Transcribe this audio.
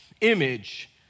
image